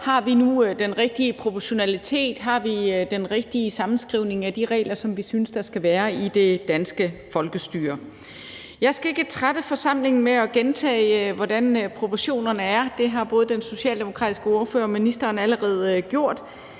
om vi nu har den rigtige proportionalitet, om vi har den rigtige sammenskrivning af de regler, som vi synes der skal være i det danske folkestyre. Jeg skal ikke trætte forsamlingen med at gentage, hvordan proportionerne er. Det har både den socialdemokratiske ordfører og ministeren allerede gjort,